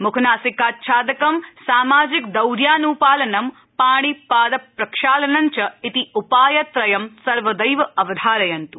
मुखनासिकाच्छादकं सामाजिकदौर्यानुपालनं पाणिपादप्रक्षालनञ्च इति उपायत्रयं सर्वदैव अवधारयन्तु